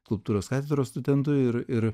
kultūros katedros studentu ir ir